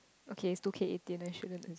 okay it's two K eighteen I shouldn't